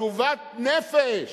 עלובת-נפש,